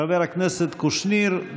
חבר הכנסת קושניר,